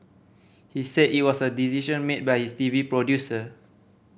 he said it was a decision made by his T V producer